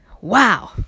Wow